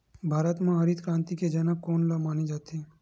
भारत मा हरित क्रांति के जनक कोन ला माने जाथे?